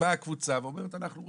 באה קבוצה ואומרת: אנחנו